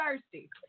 thirsty